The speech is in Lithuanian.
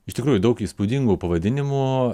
iš tikrųjų daug įspūdingų pavadinimų